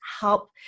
help